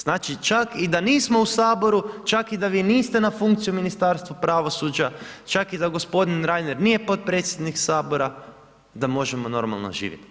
Znači, čak i da nismo u saboru, čak i da vi niste na funkciji u Ministarstvu pravosuđa, čak i da gospodin Reiner nije potpredsjednik sabora, da možemo normalno živjeti.